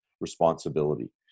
responsibility